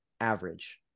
average